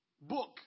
Book